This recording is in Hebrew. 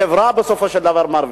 החברה, בסופו של דבר, מרוויחה.